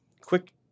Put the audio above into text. quick